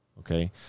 Okay